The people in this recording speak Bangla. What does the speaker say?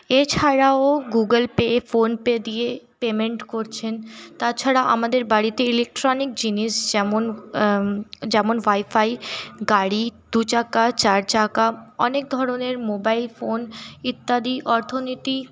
এছাড়াও গুগল পে ফোনপে দিয়ে পেমেন্ট করছেন তাছাড়া আমাদের বাড়িতে ইলেকট্রনিক জিনিস যেমন যেমন ওয়াইফাই গাড়ি দু চাকা চার চাকা অনেক ধরনের মোবাইল ফোন ইত্যাদি অর্থনীতি